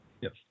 Yes